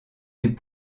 des